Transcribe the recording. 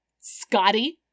Scotty